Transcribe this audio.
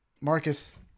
Marcus